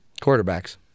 Quarterbacks